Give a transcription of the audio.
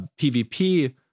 PvP